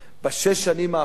בשש השנים האחרונות